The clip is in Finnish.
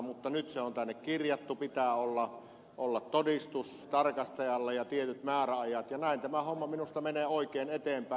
mutta nyt se on tänne kirjattu pitää olla todistus tarkastajalle ja tietyt määräajat ja näin tämä homma minusta menee oikein eteenpäin